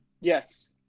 yes